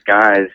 guys